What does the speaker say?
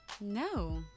No